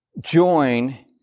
join